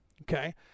okay